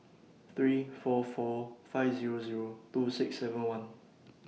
three four four five Zero Zero two six seven one